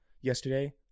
yesterday